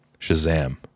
Shazam